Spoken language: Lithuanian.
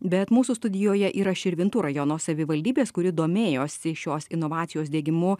bet mūsų studijoje yra širvintų rajono savivaldybės kuri domėjosi šios inovacijos diegimu